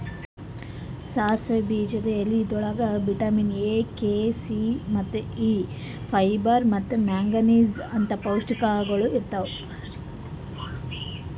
ಸಾಸಿವಿ ಬೀಜದ ಎಲಿಗೊಳ್ದಾಗ್ ವಿಟ್ಯಮಿನ್ ಎ, ಕೆ, ಸಿ, ಮತ್ತ ಇ, ಫೈಬರ್ ಮತ್ತ ಮ್ಯಾಂಗನೀಸ್ ಅಂತ್ ಪೌಷ್ಟಿಕಗೊಳ್ ಇರ್ತಾವ್